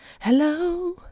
Hello